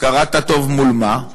הכרת הטוב, מול מה?